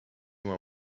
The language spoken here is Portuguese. uma